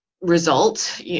result